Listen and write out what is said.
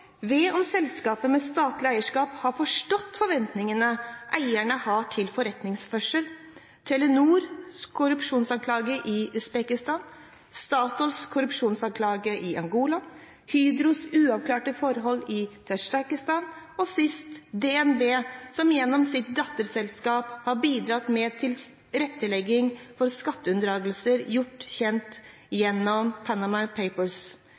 om hvorvidt selskaper med statlig eierskap har forstått forventningene eierne har til forretningsførsel. Det gjelder Telenor og korrupsjonsanklager i Usbekistan, Statoil og korrupsjonsanklager i Angola, Hydro og uavklarte forhold i Tadsjikistan og sist DNB, som gjennom sitt datterselskap har bidratt med tilrettelegging for skatteunndragelser, gjort kjent gjennom Panama Papers.